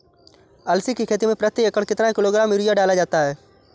अलसी की खेती में प्रति एकड़ कितना किलोग्राम यूरिया डाला जाता है?